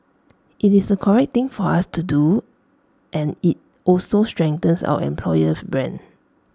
IT is the correct thing for us to do and IT also strengthens our employer's brand